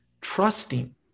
trusting